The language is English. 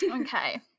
Okay